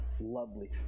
lovely